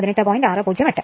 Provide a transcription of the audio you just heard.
608 ആണ്